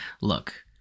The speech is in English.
Look